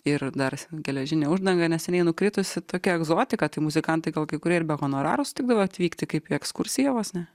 ir dar geležinė uždanga neseniai nukritusi tokia egzotika tai muzikantai gal kai kurie ir be honoraro sutikdavo atvykti kaip į ekskursiją vos ne